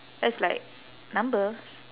I was like number